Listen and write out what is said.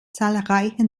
zahlreiche